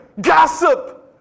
gossip